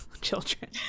children